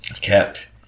kept